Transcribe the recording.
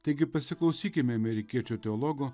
taigi pasiklausykime amerikiečių teologo